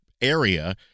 area